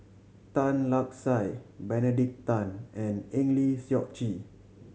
Tan Lark Sye Benedict Tan and Eng Lee Seok Chee